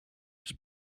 was